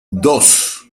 dos